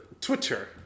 Twitter